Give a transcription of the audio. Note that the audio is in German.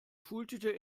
schultüte